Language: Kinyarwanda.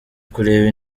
kureba